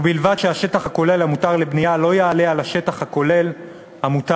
ובלבד שהשטח הכולל המותר לבנייה לא יעלה על השטח הכולל המותר,